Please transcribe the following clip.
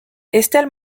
estelle